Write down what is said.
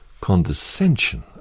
condescension